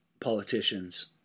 politicians